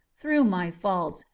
through my fault,